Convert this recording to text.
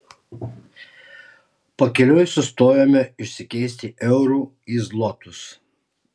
pakeliui sustojome išsikeisti eurų į zlotus